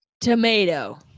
Tomato